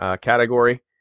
category